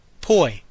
poi